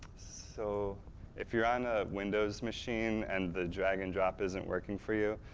so if you're on a windows machine, and the drag-and-drop isn't working for you,